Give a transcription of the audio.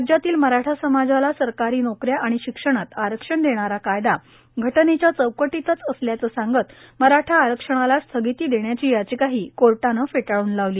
राज्यातील मराठा समाजाला सरकारी नोकऱ्या आणि शिक्षणात आरक्षण देणारा कायदा घटनेच्या चौकटीतच असल्याचं सांगत मराठा आरक्षणाला स्थगिती देण्याची याचिकाही कोर्टाने फेटाळून लावली